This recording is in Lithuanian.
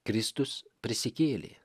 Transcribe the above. kristus prisikėlė